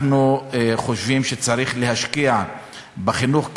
אנחנו חושבים שצריך להשקיע בחינוך הגבוה,